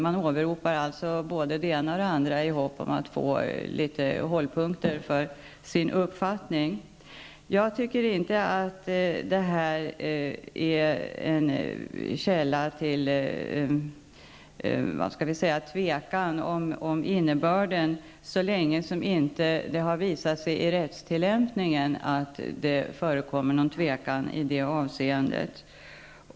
Man åberopar alltså både det ena och det andra i hopp om att få litet hållpunkter för sin uppfattning. Jag tycker inte att det här är en källa till låt mig säga tvekan om innebörden i bestämmelsen, så länge det inte har visat sig i rättstillämpningen att det förekommer någon sådan tvekan.